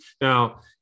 now